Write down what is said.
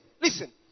listen